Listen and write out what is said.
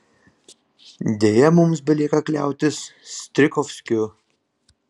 deja mums belieka kliautis strijkovskiu